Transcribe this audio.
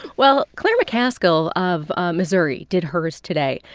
well, claire mccaskill of ah missouri did hers today.